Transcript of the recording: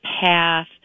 path